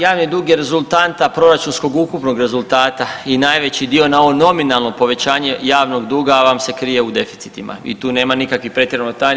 Pa javni dug je rezultanta proračunskog ukupnog rezultata i najveći dio na ovo nominalno povećanje javnog duga vam se krije u deficitima i tu nema nikakvih pretjerano tajni.